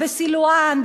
בסילואן,